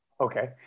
Okay